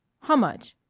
how much?